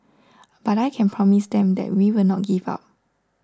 but I can promise them that we will not give up